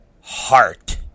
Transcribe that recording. heart